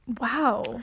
wow